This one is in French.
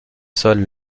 sols